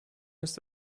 das